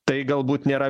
tai galbūt nėra